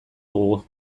dugu